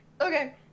Okay